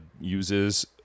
uses